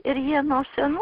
ir jie nuo senų